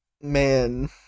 Man